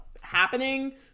happening